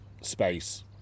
space